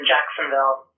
Jacksonville